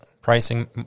pricing